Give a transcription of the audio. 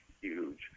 huge